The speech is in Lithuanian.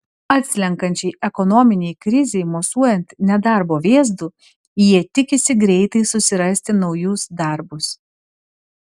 atslenkančiai ekonominei krizei mosuojant nedarbo vėzdu jie tikisi greitai susirasti naujus darbus